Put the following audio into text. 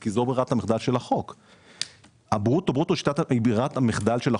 כי שיטת הברוטו-ברוטו היא ברירת המחדל של החוק.